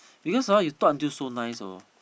because hor you talk until so nice hor